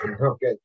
Okay